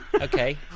okay